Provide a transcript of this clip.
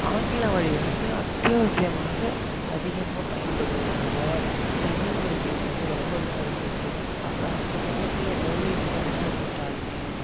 ஆங்கில வழி வந்து அத்தியாவசியமாக அதிகமாகப் பயன்படுவதனால தமிழ் மொழி பேசுகிறது ரொம்பவே குறஞ்சிக்கிட்டு அக்கா அந்தக் காலத்தில் மூவீஸ் எல்லாம் எடுத்துக்கிட்டாலுமே